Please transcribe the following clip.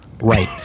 Right